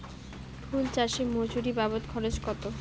ফুল চাষে মজুরি বাবদ খরচ কত?